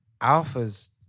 Alpha's